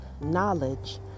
knowledge